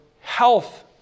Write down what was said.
health